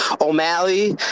O'Malley